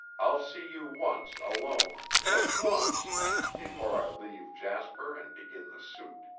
i'll see you once alone just once before i leave jasper and begin the suit.